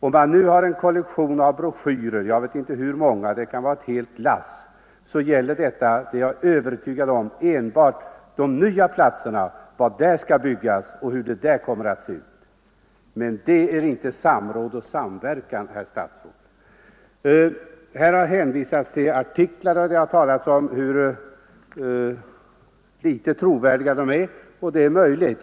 Om man nu har en kollektion broschyrer — jag vet inte hur många, det kan vara ett helt lass — så är jag övertygad om att de gäller enbart de nya platserna, vad som skall byggas där och hur det där kommer att se ut. Men det är inte samråd och samverkan, herr statsråd. Sedan har här också hänvisats till en del tidningsartiklar, och man har talat om hur litet trovärdiga de är. Ja, det är ju möjligt.